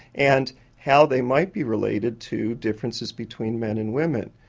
and how they might be related to differences between men and women.